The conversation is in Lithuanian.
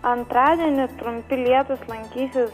antradienį trumpi lietūs lankysis